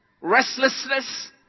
Restlessness